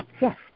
Yes